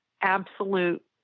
absolute